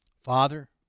Father